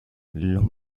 los